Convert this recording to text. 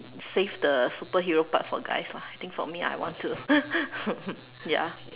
save the superhero part for guys lah think for me I want to ya